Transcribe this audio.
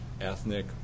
ethnic